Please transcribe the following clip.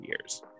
years